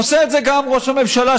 עושה את זה גם ראש הממשלה,